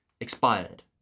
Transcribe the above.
expired